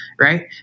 Right